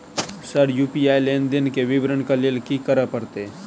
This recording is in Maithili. सर यु.पी.आई लेनदेन केँ विवरण केँ लेल की करऽ परतै?